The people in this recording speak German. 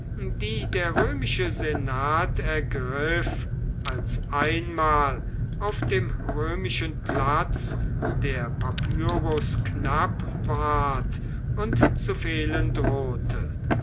die der römische senat ergriff als einmal auf dem römischen platz der papyrus knapp ward und zu fehlen drohte